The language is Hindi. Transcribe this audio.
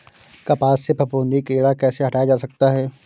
कपास से फफूंदी कीड़ा कैसे हटाया जा सकता है?